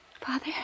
Father